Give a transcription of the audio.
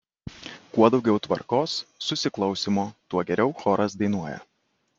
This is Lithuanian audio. kuo daugiau tvarkos susiklausymo tuo geriau choras dainuoja